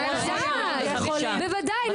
בוודאי, בוודאי,